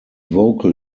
vocal